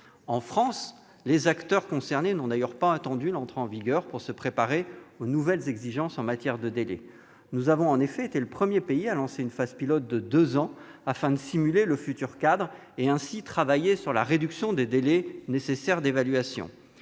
En France, les acteurs concernés n'ont d'ailleurs pas attendu l'entrée en vigueur de ce nouveau cadre pour se préparer à ses nouvelles exigences en matière de délai : nous avons en effet été le premier pays à lancer une phase pilote de deux ans afin de simuler le futur cadre et ainsi travailler sur la réduction des délais d'évaluation.